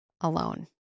alone